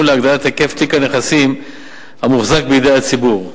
להגדלת היקף תיק הנכסים המוחזק בידי הציבור.